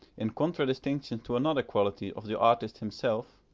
in contradistinction to another quality of the artist himself,